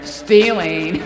stealing